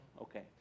Okay